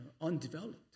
undeveloped